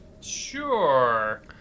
Sure